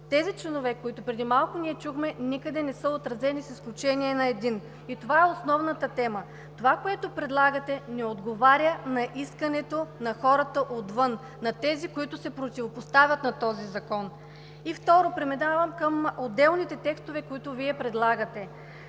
Тези членове, които преди малко ние чухме, никъде не са отразени, с изключение на един, и това е основната тема. Това, което предлагате не отговаря на искането на хората отвън, на тези, които се противопоставят на този закон. И, второ, преминавам към отделните текстове, които Вие предлагате.